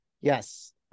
Yes